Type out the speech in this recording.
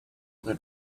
other